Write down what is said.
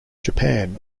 japan